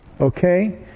Okay